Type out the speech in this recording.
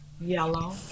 Yellow